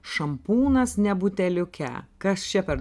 šampūnas ne buteliuke kas čia per